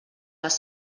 les